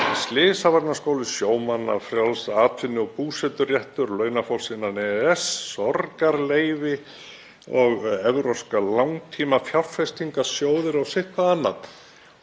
Slysavarnaskóli sjómanna, frjáls atvinnu- og búseturéttur launafólks innan EES, sorgarleyfi, evrópskir langtímafjárfestingarsjóðir og sitthvað annað.